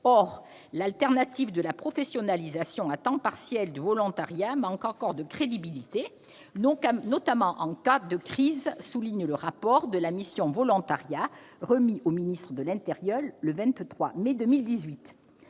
Or l'alternative de la professionnalisation à temps partiel du volontariat manque encore de crédibilité, notamment en cas de crise, comme le souligne le rapport de la mission pour la relance du volontariat remis au ministre de l'intérieur le 23 mai 2018.